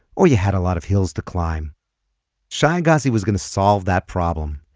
or you had a lot of hills to climb shai agassi was going to solve that problem.